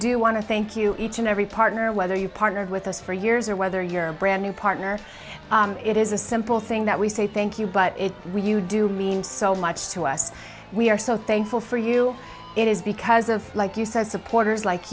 do want to thank you each and every partner whether you partnered with us for years or whether you're a brand new partner it is a simple thing that we say thank you but we you do mean so much to us we are so thankful for you it is because of like you said supporters like